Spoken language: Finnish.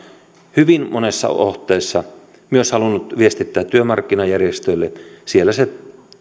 hyvin monessa otteessa myös halunnut viestittää työmarkkinajärjestöille siellä se